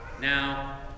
Now